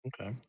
Okay